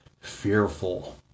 fearful